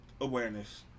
Awareness